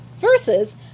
versus